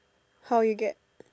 how you get